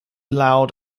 loud